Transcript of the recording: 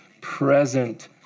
present